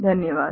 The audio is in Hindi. धन्यवाद